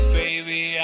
baby